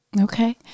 Okay